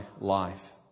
life